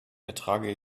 ertrage